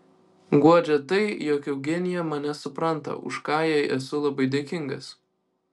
guodžia tai jog eugenija mane supranta už ką jai esu labai dėkingas